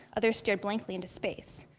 others stared blankly into space.